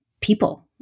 people